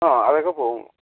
ആ അതൊക്കെ പോവും